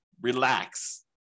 relax